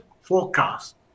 forecast